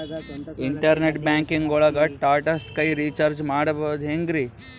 Internet banking ಒಳಗ್ Tata Sky recharge ಮಾಡದ್ ಹೆಂಗ್ರೀ?